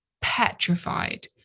petrified